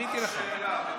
עניתי לך, עניתי.